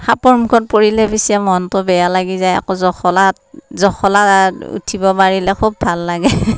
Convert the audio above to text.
সাপৰ মুখত পৰিলে পিছে মনটো বেয়া লাগি যায় আকৌ জখলাত জখলাত উঠিব পাৰিলে খুব ভাল লাগে